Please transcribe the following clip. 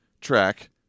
track